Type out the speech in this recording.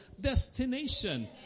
destination